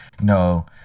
no